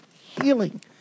healing